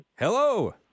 Hello